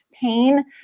pain